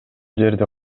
жерди